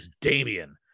damian